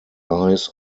ice